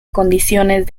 condiciones